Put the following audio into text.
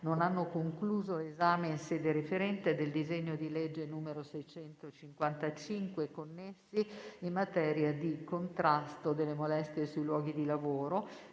non hanno concluso l’esame in sede referente dei disegni di legge n. 655 e connessi in materia di contrasto alle molestie sui luoghi di lavoro,